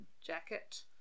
jacket